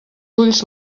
ulls